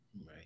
Right